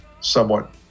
somewhat